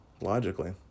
logically